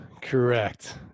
Correct